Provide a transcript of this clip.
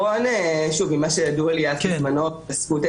ממה שידוע לי, בזמנו זו היתה